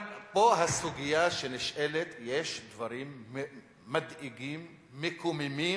אבל פה הסוגיה היא שיש דברים מדאיגים, מקוממים,